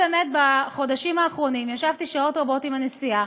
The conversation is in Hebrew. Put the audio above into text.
לכן בחודשים האחרונים ישבתי שעות רבות עם הנשיאה.